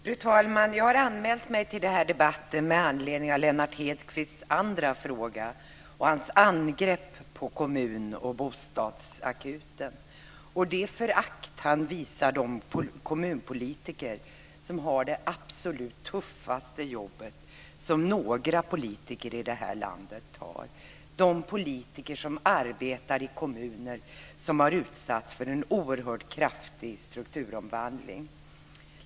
Fru talman! Jag har anmält mig till debatten med anledning av Lennart Hedquists andra fråga och hans angrepp på kommun och bostadsakuten och det förakt han visar de kommunpolitiker som har det absolut tuffaste jobbet som politiker i det här landet kan ha, nämligen de politiker som arbetar i kommuner som har utsatts för en oerhört kraftig strukturomvandling.